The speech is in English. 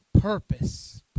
purpose